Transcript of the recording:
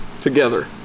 together